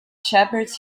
shepherds